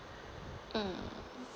mm